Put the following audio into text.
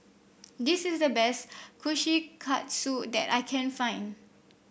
this is the best Kushikatsu that I can find